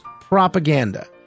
propaganda